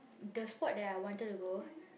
the sport that I wanted to go